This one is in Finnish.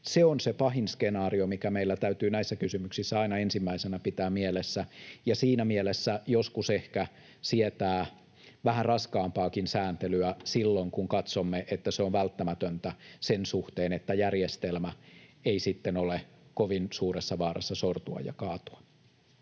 Se on se pahin skenaario, mikä meillä täytyy näissä kysymyksissä aina ensimmäisenä pitää mielessä ja siinä mielessä joskus ehkä sietää vähän raskaampaakin sääntelyä, kun katsomme, että se on välttämätöntä sen suhteen, että järjestelmä ei ole kovin suuressa vaarassa sortua ja kaatua.